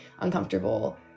uncomfortable